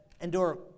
endure